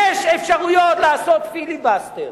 יש אפשרויות לעשות פיליבסטר,